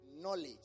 knowledge